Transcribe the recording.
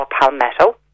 palmetto